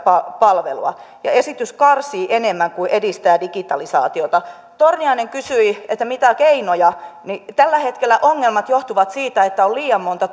palvelua ja esitys karsii enemmän kuin edistää digitalisaatiota torniainen kysyi mitä keinoja tällä hetkellä ongelmat johtuvat siitä että on liian monta